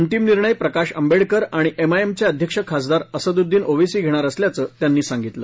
अंतिम निर्णय प्रकाश आंबेडकर आणि एमआयएमचे अध्यक्ष खासदार असदुद्दीन ओवेसी घेणार असल्याचं त्यांनी सांगितलं